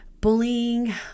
Bullying